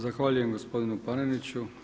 Zahvaljujem gospodinu Paneniću.